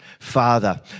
Father